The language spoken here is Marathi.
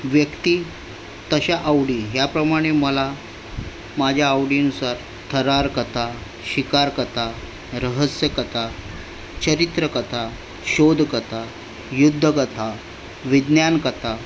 व्यक्ती तशा आवडी ह्याप्रमाणे मला माझ्या आवडीनुसार थरार कथा शिकार कथा रहस्य कथा चरित्र कथा शोध कथा युद्ध कथा विज्ञान कथा